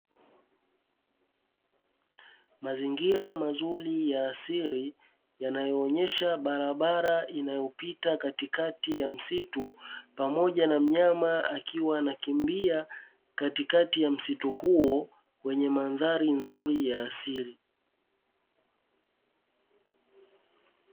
Mazingira mazuri ya asili, yanayoonesha barabara inayopita katikati ya msitu pamoja na myama akiwa anakimbia katikati ya msitu huo wenye madhari nzuri ya asili.